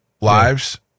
lives